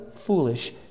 foolish